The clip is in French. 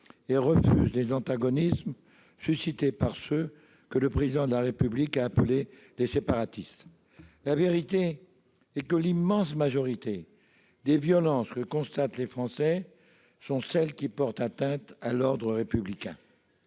et refusent les antagonismes suscités par ceux que le Président de la République a appelés les « séparatistes ». La vérité est que l'immense majorité des violences que constatent les Français portent atteinte à l'ordre républicain